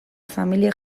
familiek